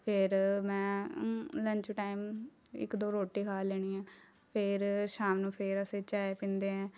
ਫਿਰ ਮੈਂ lunch time ਇੱਕ ਦੋ ਰੋਟੀ ਖਾ ਲੈਣੀ ਹੈ ਫੇਰ ਸ਼ਾਮ ਨੂੰ ਫਿਰ ਅਸੀਂ ਚਾਏ ਪੀਂਦੇ ਹੈ